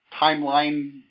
timeline